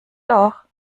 doch